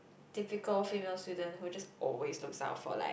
typical female student who just always look self for like